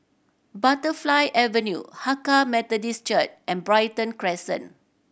Butterfly Avenue Hakka Methodist Church and Brighton Crescent